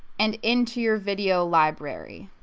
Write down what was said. and into your video library.